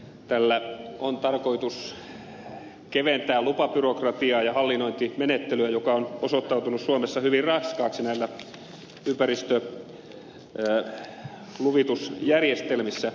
tällä on tarkoitus keventää lupabyrokratiaa ja hallinnointimenettelyä joka on osoittautunut suomessa hyvin raskaaksi näissä ympäristöluvitusjärjestelmissä